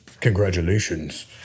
Congratulations